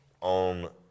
on